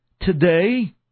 Today